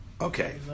okay